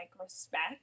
respect